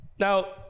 Now